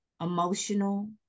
emotional